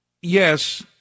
yes